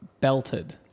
belted